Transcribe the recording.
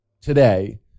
today